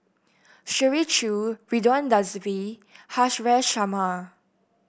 Shirley Chew Ridzwan Dzafir Haresh Sharma